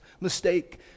mistake